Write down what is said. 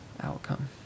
outcome